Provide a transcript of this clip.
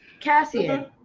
Cassian